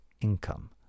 income